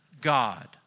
God